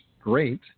great